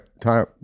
time